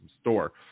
store